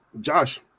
Josh